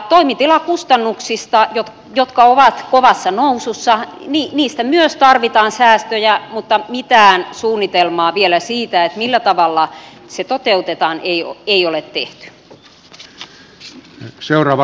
toimitilakustannuksista jotka ovat kovassa nousussa myös tarvitaan säästöjä mutta mitään suunnitelmaa siitä millä tavalla se toteutetaan ei ole vielä tehty